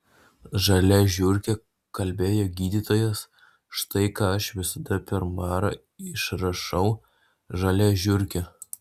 žalią žiurkę kalbėjo gydytojas štai ką aš visada per marą išrašau žalią žiurkę